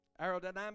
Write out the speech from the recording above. Aerodynamics